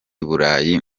burayi